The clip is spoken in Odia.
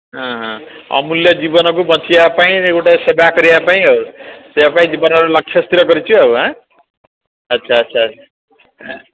ହଁ ହଁ ଅମୁଲ୍ୟ ଜୀବନକୁ ବଞ୍ଚେଇବା ପାଇଁ ଗୋଟେ ସେବା କରିବା ପାଇଁ ଆଉ ସେଥିପାଇଁ ଜୀବନର ଲକ୍ଷ୍ୟ ସ୍ଥିର କରିଛୁ ଆଃ ଆଚ୍ଛା ଆଚ୍ଛା